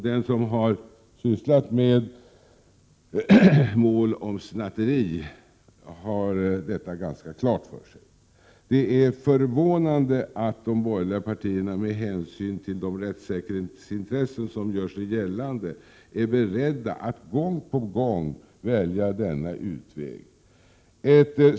Den som har sysslat med mål om snatteri har detta ganska klart för sig. Det är förvånande att de borgerliga partierna med hänsyn till de rättssäkerhetsintressen som gör sig gällande är beredda att gång på gång välja denna utväg.